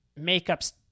makeups